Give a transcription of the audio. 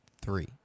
Three